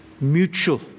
mutual